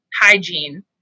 hygiene